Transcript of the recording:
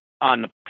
on